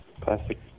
Classic